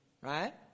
Right